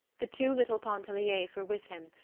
the two little pontelliers were with him,